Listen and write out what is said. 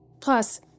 Plus